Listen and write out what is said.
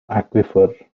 aquifer